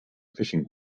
fishing